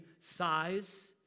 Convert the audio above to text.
size